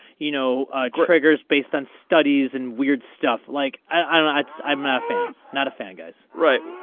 you know a trigger is based on studies and weird stuff like i don't i am i mean a fan not a fan guys right.